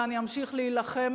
ואני אמשיך להילחם,